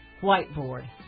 whiteboard